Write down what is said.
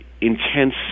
intense